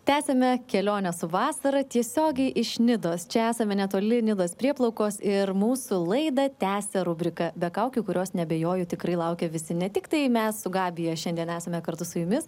tęsiame kelionę su vasarą tiesiogiai iš nidos čia esame netoli nidos prieplaukos ir mūsų laidą tęsia rubrika be kaukių kurios neabejoju tikrai laukia visi ne tiktai mes su gabija šiandien esame kartu su jumis